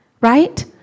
right